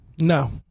No